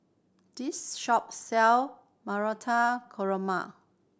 this shop sell Marata Koroma